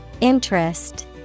Interest